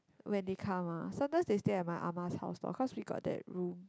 when they come ah sometimes they stay at my ah ma's house loh cause we got that room